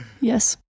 Yes